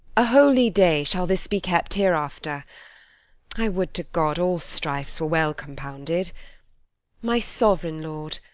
a holy day shall this be kept hereafter i would to god all strifes were well compounded my sovereign lord,